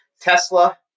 Tesla